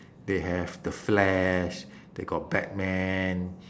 they have the flash they got batman